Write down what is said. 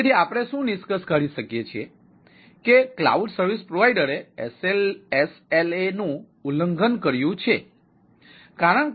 તેથી આપણે શું નિષ્કર્ષ કાઢી શકીએ છીએ કે ક્લાઉડ સર્વિસ પ્રોવાઇડર એ SLAનું ઉલ્લંઘન કર્યું છે